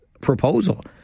proposal